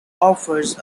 offers